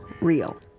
real